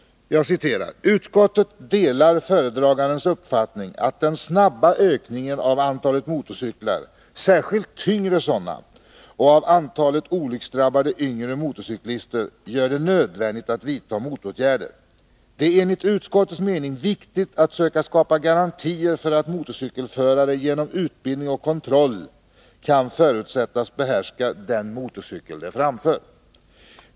Jag citerar: ”Utskottet delar föredragandens uppfattning att den snabba ökningen av antalet motorcyklar, särskilt tyngre sådana, och av antalet olycksdrabbade yngre motorcyklister gör det nödvändigt att vidta motåtgärder. Det är enligt utskottets mening viktigt att söka skapa garantier för att motorcykelförare genom utbildning och kontroll kan förutsättas behärska den motorcykel de framför.